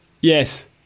Yes